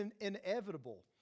inevitable